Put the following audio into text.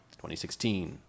2016